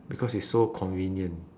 because it's so convenient